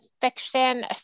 fiction